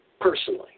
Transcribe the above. personally